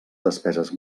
despeses